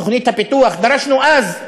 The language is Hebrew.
תוכנית הפיתוח, דרשנו אז,